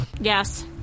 yes